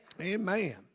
Amen